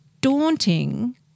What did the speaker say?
daunting